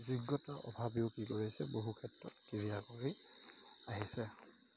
অভিজ্ঞতাৰ অভাৱেও কি কৰিছে বহু ক্ষেত্ৰত ক্ৰিয়া কৰি আহিছে